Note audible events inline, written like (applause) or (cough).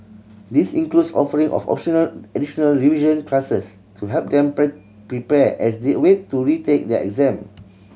this includes offering of optional additional revision classes to help them (unintelligible) prepare as they wait to retake their exam